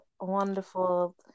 wonderful